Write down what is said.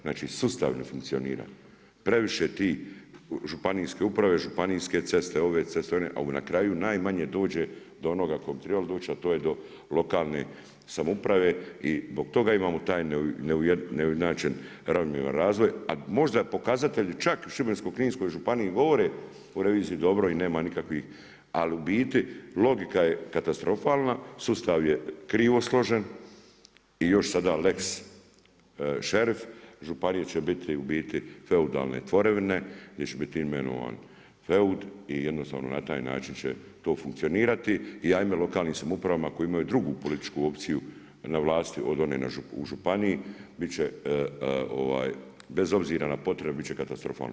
Znači sustav ne funkcionira, previše je tih županijske uprave, županijske ceste, ceste ove, ceste one, a na kraju naj manje dođe do onoga do koga bi trebalo doći, a to je do lokalne samouprave i zbog toga imamo taj neujednačen ravnomjeran razvoj, a možda je pokazatelj čak u Šibensko-kninskoj županiji govore o reviziji dobro i nema nikakvih, ali u biti logika je katastrofalna, sustav je krivo složen i još sada lex sherif, županije će biti u biti feudalne tvorevine gdje će biti imenovan feud i jednostavno na taj način će to funkcionirati, i ajme lokalnim samoupravama koje imaju drugu političku opciju na vlasti od one u županiji bit će bez obzira na potrebe bit će katastrofalno.